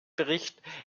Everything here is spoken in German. bericht